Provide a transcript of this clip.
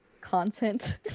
content